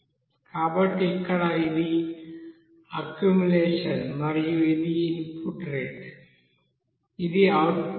కాబట్టి ఇక్కడ ఇది అక్యుములేషన్ మరియు ఇది ఇన్పుట్ రేట్ ఇది అవుట్పుట్ రేట్